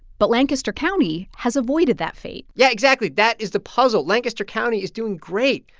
but lancaster county has avoided that fate yeah, exactly. that is the puzzle. lancaster county is doing great.